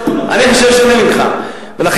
אני שמח שאני חושב שונה ממך, מה לעשות.